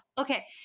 Okay